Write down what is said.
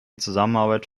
zusammenarbeit